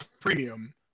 premium